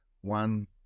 one